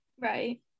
Right